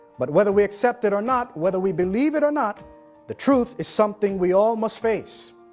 but whether we accept it or not, whether we believe it or not the truth is something we all must face.